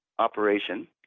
Operation